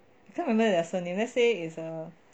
I can't remember their surname let's say it's a